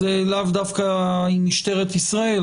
לאו דווקא עם משטרת ישראל.